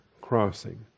crossing